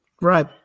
Right